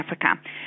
Africa